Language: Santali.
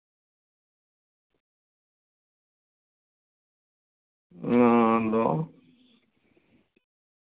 ᱱᱚᱣᱟ ᱫᱚ